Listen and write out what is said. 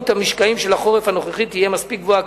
המשקעים של החורף הנוכחי תהיה מספיק גבוהה,